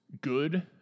good